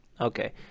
Okay